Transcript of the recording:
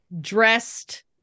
dressed